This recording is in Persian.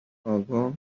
آگاه